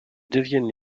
deviennent